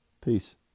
Peace